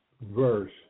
verse